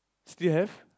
still have